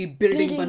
building